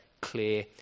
clear